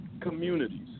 communities